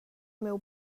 miu